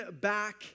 back